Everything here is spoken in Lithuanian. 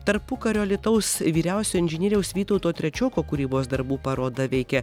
tarpukario alytaus vyriausio inžinieriaus vytauto trečioko kūrybos darbų paroda veikia